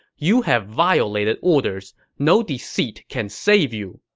you have violated orders no deceit can save you!